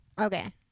Okay